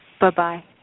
Bye-bye